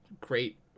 great